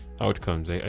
outcomes